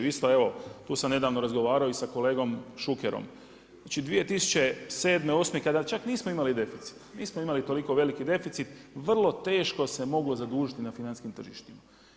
Isto evo tu sam nedavno razgovarao i sa kolegom Šukerom, znači 2007., 2008. kada čak nismo imali deficit, nismo imali toliko veliki deficit, vrlo teško se moglo zadužiti na financijskim tržištima.